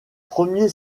premier